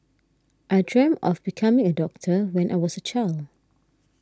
I dreamt of becoming a doctor when I was a child